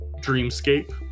dreamscape